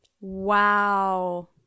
Wow